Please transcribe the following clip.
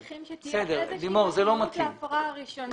אנחנו צריכים שתהיה איזושהי התייחסות להפרה הראשונה.